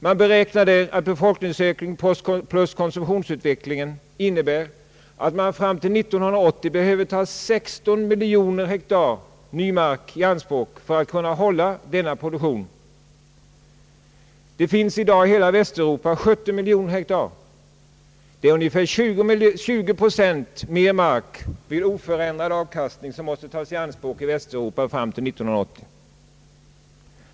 Man beräknar där att befolkningsökningen plus konsumtionsutvecklingen innebär att man fram till 1980 behöver ta 16 miljoner hektar ny mark i anspråk för att kunna hålla denna produktion. Det finns i dag i hela Västeuropa 70 miljoner hektar. Det är ungefär 20 procent mer mark med oförändrad avkastning som måste tas i anspråk i Västeuropa fram till 1980.